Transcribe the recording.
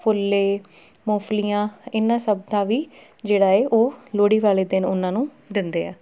ਫੁੱਲੇ ਮੂੰਗਫਲੀਆਂ ਇਹਨਾਂ ਸਭ ਦਾ ਵੀ ਜਿਹੜਾ ਹੈ ਉਹ ਲੋਹੜੀ ਵਾਲੇ ਦਿਨ ਉਹਨਾਂ ਨੂੰ ਦਿੰਦੇ ਆ